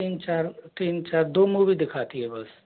तीन चार तीन चार दो मूवी दिखाती है बस